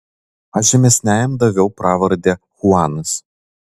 aš žemesniajam daviau pravardę chuanas